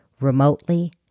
remotely